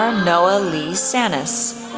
um noah lee sannes,